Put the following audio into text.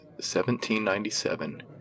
1797